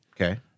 Okay